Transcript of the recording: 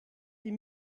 die